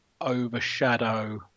overshadow